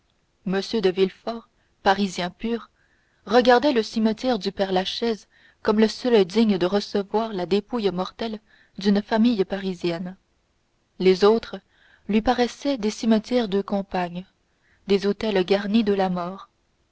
m de villefort parisien pur regardait le cimetière du père-lachaise comme le seul digne de recevoir la dépouille mortelle d'une famille parisienne les autres lui paraissaient des cimetières de campagne des hôtels garnis de la mort